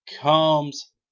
comes